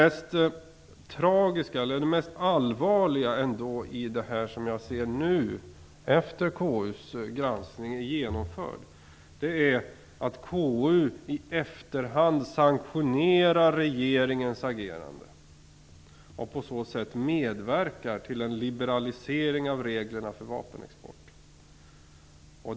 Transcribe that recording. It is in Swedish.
Nu när KU:s granskning är genomförd tycker jag att det mest allvarliga är att KU i efterhand sanktionerar regeringens agerande, och på så sätt medverkar till en liberalisering av reglerna för vapenexporten.